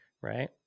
right